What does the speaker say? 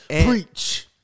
Preach